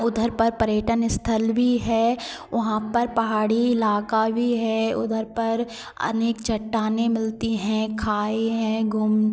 उधर पर पर्यटन अस्थल भी है वहाँ पर पहाड़ी इलाका भी है उधर पर अनेक चट्टानें मिलती हैं खाई हैं घूम